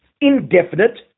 indefinite